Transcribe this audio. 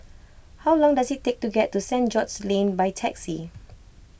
how long does it take to get to St George's Lane by taxi